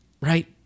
right